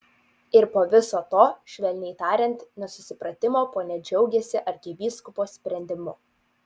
ir po viso to švelniai tariant nesusipratimo ponia džiaugiasi arkivyskupo sprendimu